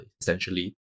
essentially